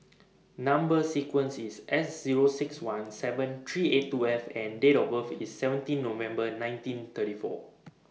Number sequence IS S Zero six one seven three eight two F and Date of birth IS seventeen November nineteen thirty four